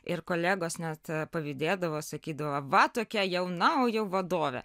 ir kolegos net pavydėdavo sakydavo va tokia jauna o jau vadovė